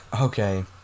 Okay